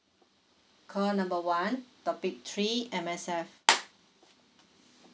call number one topic three M_S_F